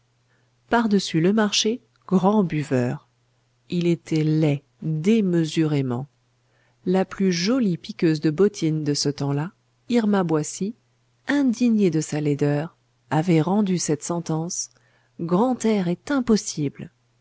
par-dessus le marché grand buveur il était laid démesurément la plus jolie piqueuse de bottines de ce temps-là irma boissy indignée de sa laideur avait rendu cette sentence grantaire est impossible